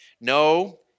No